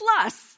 plus